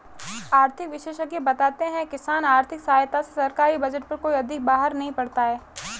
आर्थिक विशेषज्ञ बताते हैं किसान आर्थिक सहायता से सरकारी बजट पर कोई अधिक बाहर नहीं पड़ता है